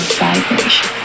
vibration